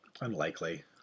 Unlikely